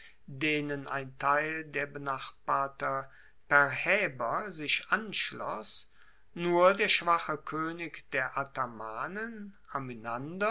denen ein teil der benachbarten perrhaeber sich anschloss nur der schwache koenig der athamanen